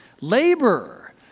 Labor